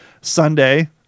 Sunday